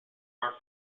are